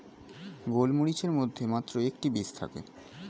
গোলমরিচের মধ্যে মাত্র একটি বীজ থাকে